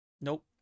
Nope